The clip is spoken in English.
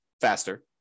faster